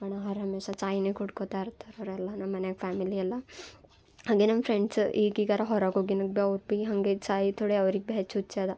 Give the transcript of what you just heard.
ಹಣ ಅರ್ ಹಮೇಶಾ ಚಾಯಿನೇ ಕುಡ್ಕೋತಾ ಇರ್ತಾರೆ ಅವರೆಲ್ಲ ನಮ್ಮ ಮನ್ಯಾಗ ಫ್ಯಾಮಿಲಿ ಎಲ್ಲ ಹಾಗೆ ನಮ್ಮ ಫ್ರೆಂಡ್ಸ್ ಈಗೀಗರ ಹೊರಗೆ ಹೋಗಿನ್ ಭಿ ಅವ್ರು ಭಿ ಹಾಗೆ ಚಾಯ್ ಥೊಡೆ ಅವ್ರಿಗೆ ಭಿ ಹೆಚ್ಚು ಹುಚ್ಚು ಅದ